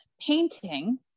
painting